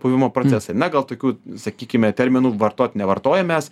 puvimo procesai na gal tokių sakykime terminų vartot nevartojam mes